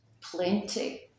plenty